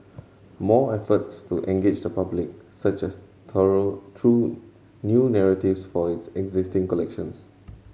more efforts to engage the public such as thorough through new narratives for its existing collections